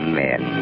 men